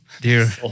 dear